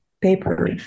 paper